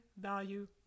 value